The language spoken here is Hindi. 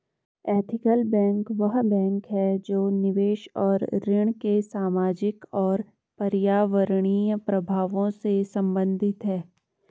एथिकल बैंक वह बैंक है जो निवेश और ऋण के सामाजिक और पर्यावरणीय प्रभावों से संबंधित है